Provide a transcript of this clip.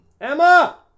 Emma